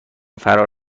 فرا